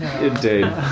Indeed